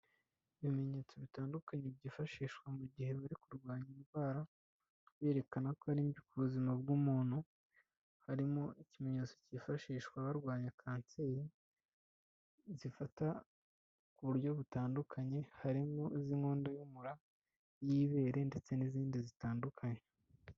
Ibimenyetso bitandukanye byifashishwa mu gihe bari kurwanya indwara berekana ko ari mbi ku buzima bw'umuntu, harimo ikimenyetso cyifashishwa barwanya kanseri zifata ku buryo butandukanye, harimo iz'inkondo y'umura, iy'ibere ndetse n'izindi zitandukanye.